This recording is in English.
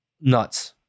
nuts